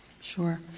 Sure